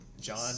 John